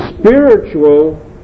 spiritual